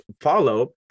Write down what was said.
follow